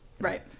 right